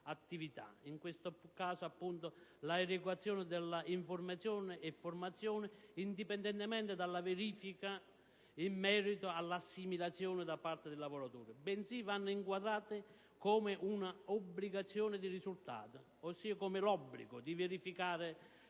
(in questo caso l'erogazione dell'informazione e formazione indipendentemente dalla verifica in merito alla assimilazione da parte del lavoratore), bensì vanno inquadrate come un'obbligazione di risultato, ossia come l'obbligo di verificare